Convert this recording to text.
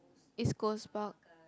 East-Coast-Park